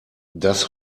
das